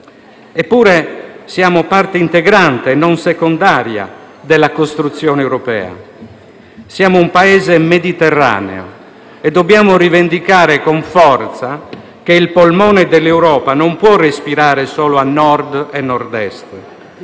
Eppure, siamo parte integrante e non secondaria della costruzione europea. Siamo un Paese mediterraneo e dobbiamo rivendicare con forza che il polmone dell'Europa non può respirare solo a Nord e a Nord-Est.